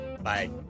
Bye